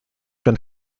been